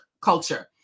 culture